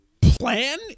plan